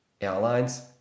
airlines